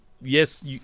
yes